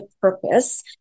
purpose